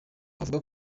avuga